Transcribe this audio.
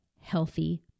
healthy